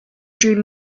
dream